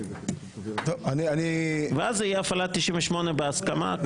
אז זה יהיה הפעלת 98 בהסכמה.